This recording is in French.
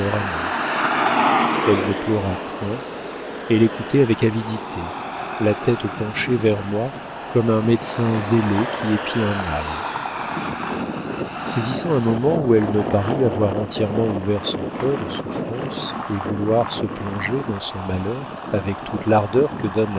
elle ne pleura point elle écoutait avec avidité la tête penchée vers moi comme un médecin zélé qui épie un mal saisissant un moment où elle me parut avoir entièrement ouvert son cœur aux souffrances et vouloir se plonger dans son malheur avec toute l'ardeur que